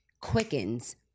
quickens